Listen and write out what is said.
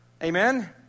Amen